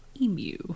Emu